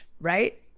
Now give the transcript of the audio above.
right